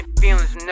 feelings